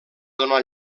donar